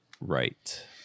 right